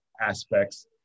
aspects